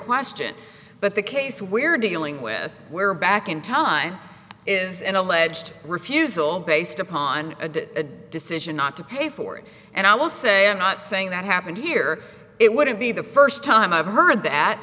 question but the case we're dealing with we're back in time is an alleged refusal based upon a a decision not to pay for it and i will say i'm not saying that happened here it wouldn't be the first time i've heard that